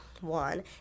one